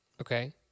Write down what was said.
Okay